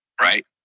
right